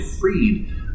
freed